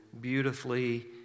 beautifully